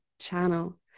channel